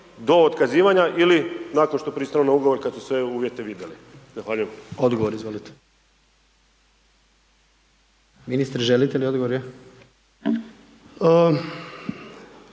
do otkazivanja ili nakon što pristanu na ugovor kad su se uvjeti vidjeli. Zahvaljujem. **Jandroković, Gordan (HDZ)** Odgovor